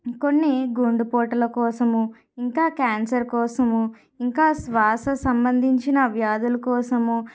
కొన్ని గుండెపోటుల కోసము ఇంకా క్యాన్సర్ కోసము ఇంకా శ్వాస సంబంధించిన వ్యాధుల కోసము